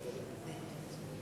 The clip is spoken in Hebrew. שרים נכבדים, עמיתי חברי